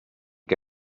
que